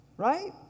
right